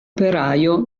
operaio